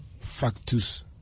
factus